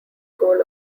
goal